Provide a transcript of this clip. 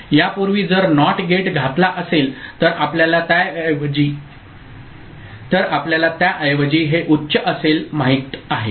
यापूर्वी जर NOT gate घातला असेल तर आपल्याला त्याऐवजी हे उच्च असेल माहित आहे